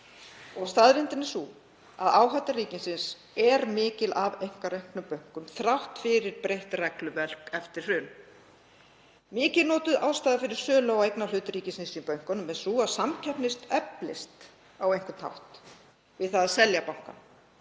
Staðreyndin er sú að áhætta ríkisins er mikil af einkareknum bönkum þrátt fyrir breytt regluverk eftir hrun. Mikið notuð ástæða fyrir sölu á eignarhlut ríkisins í bönkunum er sú að samkeppnin eflist á einhvern hátt við það að selja bankann.